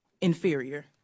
inferior